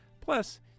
Plus